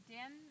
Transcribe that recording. Dan